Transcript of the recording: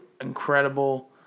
incredible